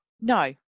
no